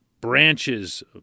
branches